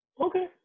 Okay